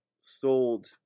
sold